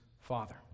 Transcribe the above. father